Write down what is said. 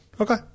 Okay